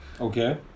Okay